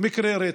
מקרי רצח.